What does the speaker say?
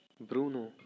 Bruno